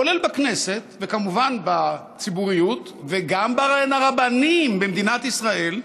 כולל בכנסת וכמובן בציבוריות וגם בין הרבנים במדינת ישראל,